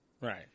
Right